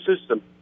system